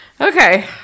Okay